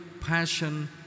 passion